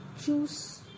choose